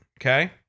Okay